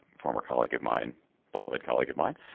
former colleague of mine beloved colleague of mine